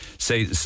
say